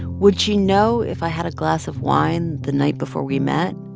would she know if i had a glass of wine the night before we met,